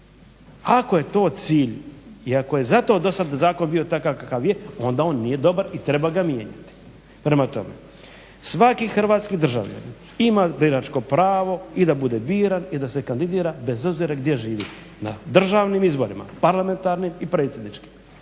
Ako je to cilj i ako je zato do sad zakon bio takav kakav je onda on nije dobar i treba ga mijenjati. Prema tome, svaki hrvatski državljanin ima biračko pravo i da bude biran i da se kandidira bez obzira gdje živi na državnim izborima, parlamentarnim i predsjedničkim.